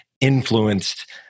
influenced